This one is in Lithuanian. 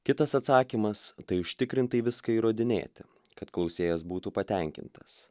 kitas atsakymas tai užtikrintai viską įrodinėti kad klausėjas būtų patenkintas